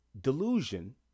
delusion